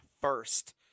first